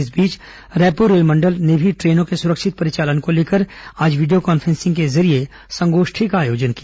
इस बीच रायपुर रेलमंडल ने भी ट्रेनों के सुरक्षित परिचालन को लेकर आज वीडियो कान्फ्रेंसिंग के जरिए संगोष्ठी का आयोजन किया